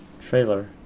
Trailer